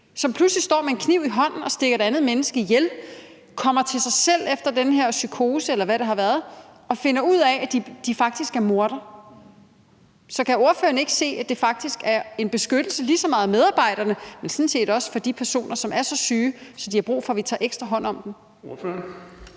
som pludselig står med en kniv i hånden og stikker et andet menneske ihjel, kommer til sig selv efter den her psykose, eller hvad det har været, og finder ud af, at vedkommende faktisk er morder. Så kan ordføreren ikke se, at det faktisk er en beskyttelse af medarbejderne, men sådan set også af de personer, som er så syge, at de har brug for, at vi tager ekstra hånd om dem?